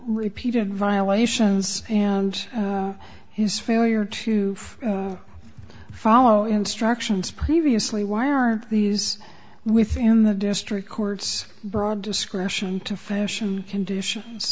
repeated violations and his failure to follow instructions previously why are these within the district courts broad discretion to fashion conditions